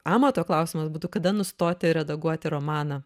amato klausimas būtų kada nustoti redaguoti romaną